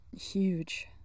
huge